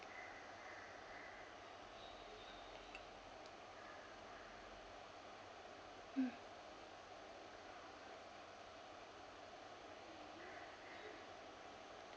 mm